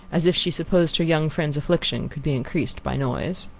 as if she supposed her young friend's affliction could be increased by noise.